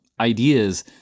ideas